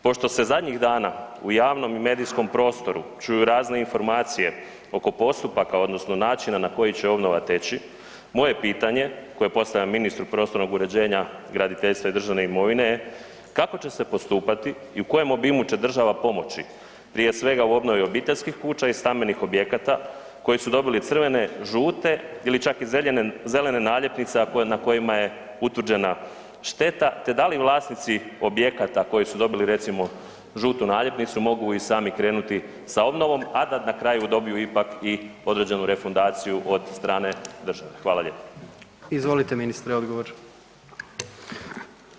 Pošto se zadnjih dana u javnom i medijskom prostoru čuju razne informacije oko postupaka odnosno načina na koji će obnova teći, moje pitanje koje postavljam ministru prostornog uređenja, graditeljstva i državne imovine je kako će se postupati i u kojem obimu će država pomoći prije svega u obnovi obiteljskih kuća i stambenih objekata koji su dobili crvene, žute ili čak i zelene naljepnice, a na kojima je utvrđena šteta te da li vlasnici objekata koji su dobili recimo žutu naljepnicu mogu i sami krenuti sa obnovom, a da na kraju dobiju ipak i određenu refundaciju od strane države?